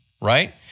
right